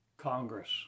Congress